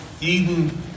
Eden